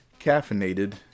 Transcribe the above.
caffeinated